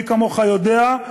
מי כמוך יודע,